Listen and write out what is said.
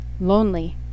lonely